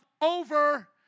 over